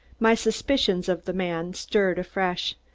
my suspicions of the man stirred afresh,